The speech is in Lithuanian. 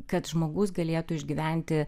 kad žmogus galėtų išgyventi